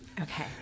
okay